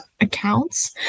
accounts